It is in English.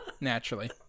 Naturally